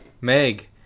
Meg